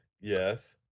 yes